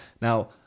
now